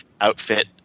outfit